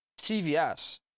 CVS